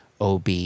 OB